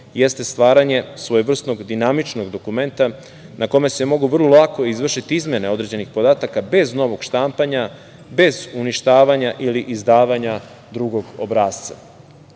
jeste stvaranje svojevrsnog dinamičnog dokumenta, na kome se mogu vrlo lako izvršiti izmene određenih podataka, bez novog štampanja, bez uništavanja ili izdavanja drugog obrasca. Zatim,